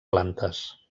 plantes